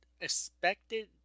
expected